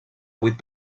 vuit